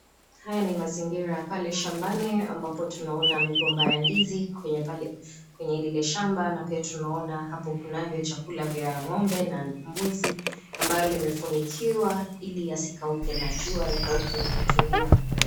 Haya ni mazingira ya pale shambani ambapo tunaona migomba ya ndizi kwenye lile shamba na pia tunaona hapo kuna chakula ngombe na mbuzi ambalo limefunikiwa ili yasikauke na jua yakauke kutumia upepo.